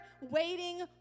waiting